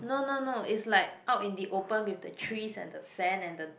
no no no it's like out in the open with the trees and the sand and the